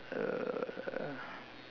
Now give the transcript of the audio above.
uh